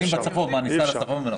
ניסע לצפון ונחזור?